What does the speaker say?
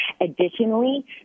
Additionally